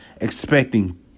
expecting